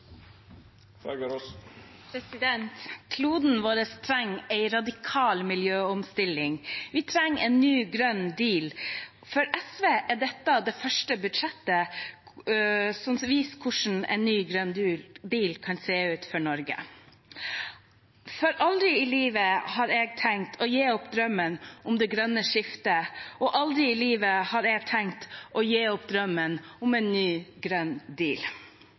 Kloden vår trenger en radikal miljøomstilling. Vi trenger en ny, grønn deal. For SV er dette det første budsjettet som viser hvordan en ny, grønn deal kan se ut for Norge. For «aldri i livet» har jeg tenkt å gi opp drømmen om det grønne skiftet, og «aldri i livet» har jeg tenkt å gi opp drømmen om en ny, grønn